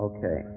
Okay